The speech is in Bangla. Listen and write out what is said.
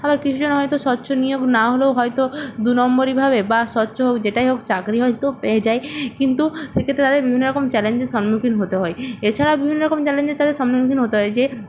আবার কিছুজন হয়তো স্বচ্ছ নিয়োগ না হলেও হয়তো দু নম্বরি ভাবে বা স্বচ্ছ হোক যেটাই হোক চাকরি হয়তো পেয়ে যায় কিন্তু সেক্ষেত্রে তাদের বিভিন্ন রকম চ্যালেঞ্জের সম্মুখীন হতে হয় এছাড়াও বিভিন্ন রকম চ্যালেঞ্জের তাদের সম্মুখীন হতে হয় যে